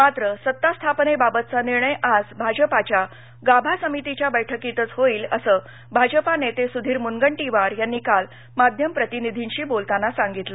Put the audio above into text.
मात्र सत्ता स्थापनेबाबतचा निर्णय आज भाजपाच्या गाभा समितीच्या बैठकीतच होईल अस भाजपा नेते सुधीर मूनगंटीवार यांनी काल माध्यम प्रतिनिधींशी बोलताना सांगितलं